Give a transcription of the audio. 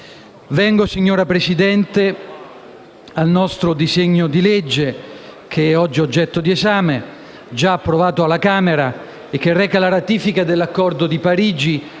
Vengo, signora Presidente, al disegno di legge che è oggi oggetto di esame, già approvato alla Camera, che reca la ratifica dell'accordo di Parigi